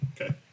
okay